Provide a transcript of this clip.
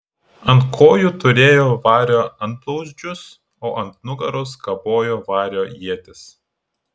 ant kojų turėjo vario antblauzdžius o ant nugaros kabojo vario ietis